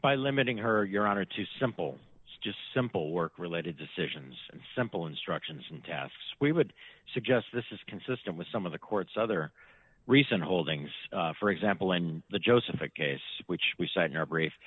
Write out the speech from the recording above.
by limiting her your honor to simple just simple work related decisions and simple instructions and tasks we would suggest this is consistent with some of the court's other recent holdings for example in the joseph a case which we cite in our br